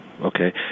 Okay